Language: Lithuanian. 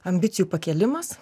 ambicijų pakėlimas